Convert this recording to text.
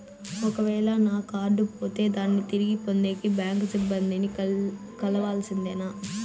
ఒక వేల నా కార్డు పోతే దాన్ని తిరిగి పొందేకి, బ్యాంకు సిబ్బంది ని కలవాల్సిందేనా?